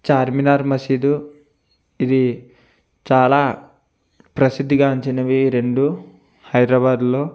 చార్మినార్ మసీదు ఇది చాలా ప్రసిద్ధి గాంచినవి రెండు హైదరాబాదులో